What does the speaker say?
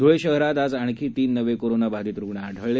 धुळे शहरात आज आणखी तीन नवे कोरोनाबाधित रुग्ण आढळले